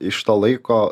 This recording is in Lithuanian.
iš to laiko